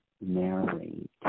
narrate